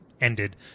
ended